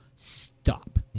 Stop